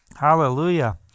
Hallelujah